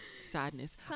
sadness